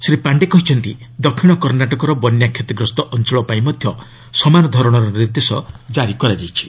ଶ୍ରୀ ପାଶ୍ଡେ କହିଛନ୍ତି ଦକ୍ଷିଣ କର୍ଷ୍ଣାଟକର ବନ୍ୟାକ୍ଷତିଗ୍ରସ୍ତ ଅଞ୍ଚଳ ପାଇଁ ମଧ୍ୟ ସମାନ ଧରଣର ନିର୍ଦ୍ଦେଶ ଜାରି କରାଯାଇଛି